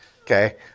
Okay